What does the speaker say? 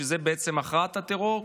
שזה בעצם הכרעת הטרור.